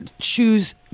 choose